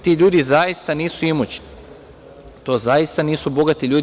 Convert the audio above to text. Ti ljudi zaista nisu imućni, to zaista nisu bogati ljudi.